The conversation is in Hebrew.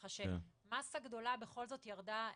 ככה שהמסה הגדולה, בכל זאת, ירדה,